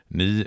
ni